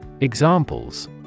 Examples